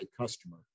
customer